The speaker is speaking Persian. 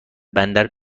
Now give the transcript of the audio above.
بندر